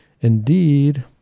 indeed